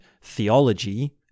theology